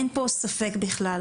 אין פה ספק בכלל.